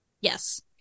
Yes